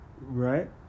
Right